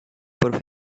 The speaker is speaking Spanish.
por